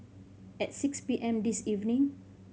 at six P M this evening